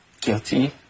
guilty